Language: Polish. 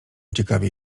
ciekawie